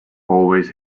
always